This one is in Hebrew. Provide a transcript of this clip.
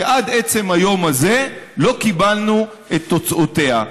שעד עצם היום הזה לא קיבלנו את תוצאותיה.